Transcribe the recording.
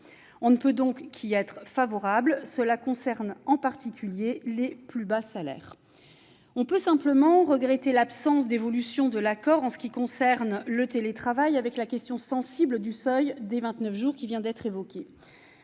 On ne peut donc qu'y être favorable, d'autant que cela concerne en particulier les plus bas salaires. On peut simplement regretter l'absence d'évolution de l'accord en ce qui concerne le télétravail, avec la question sensible du seuil des vingt-neuf jours, qui vient d'être évoquée.